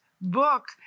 book